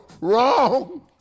Wrong